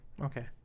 Okay